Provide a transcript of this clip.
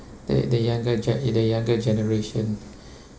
the the younger gen~ the younger generation